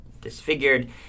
disfigured